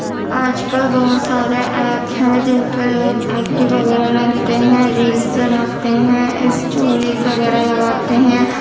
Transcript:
آج کل بہت سارے ایپ ہیں جن پہ لوگ ایکٹیو وغیرہ رہتے ہیں ریلس بناتے ہیں اسٹوریز وغیرہ لگاتے ہیں